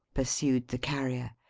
pursued the carrier.